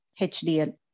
HDL